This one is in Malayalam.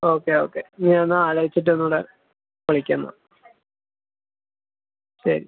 ഓക്കെ ഓക്കെ ഇനി ഞാനെന്നാൽ ആലോചിച്ചിട്ട് ഒന്നുകൂടി വിളിക്കാം എന്നാൽ ശരി